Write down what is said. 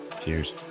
Cheers